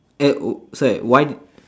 eh uh sorry why